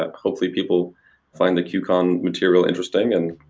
ah hopefully people find the qcon material interesting and